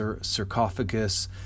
sarcophagus